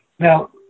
Now